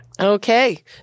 Okay